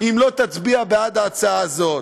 אם לא תצביע בעד ההצעה הזאת?